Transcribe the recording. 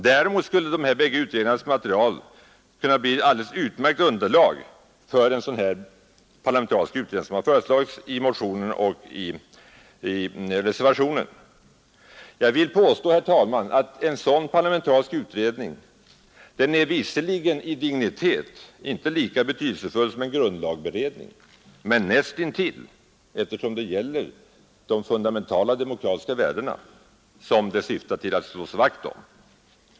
Däremot skulle de här bägge utredningarnas material kunna bli ett alldeles utmärkt underlag för en sådan parlamentarisk utredning som föreslagits i motionen och i reservationen. Jag vill påstå, herr talman, att en sådan parlamentarisk utredning visserligen i dignitet inte är lika betydelsefull som en grundlagberedning men näst intill, eftersom det gäller de fundamentala demokratiska värdena som man syftar till att slå vakt om.